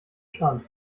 stand